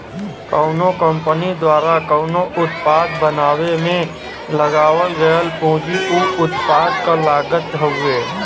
कउनो कंपनी द्वारा कउनो उत्पाद बनावे में लगावल गयल पूंजी उ उत्पाद क लागत हउवे